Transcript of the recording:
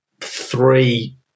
three